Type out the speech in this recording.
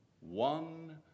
One